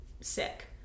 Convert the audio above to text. sick